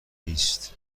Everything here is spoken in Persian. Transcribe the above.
نیست